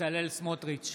בצלאל סמוטריץ'